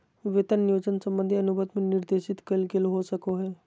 वेतन नियोजन संबंधी अनुबंध में निर्देशित कइल गेल हो सको हइ